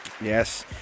Yes